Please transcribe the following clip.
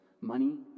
money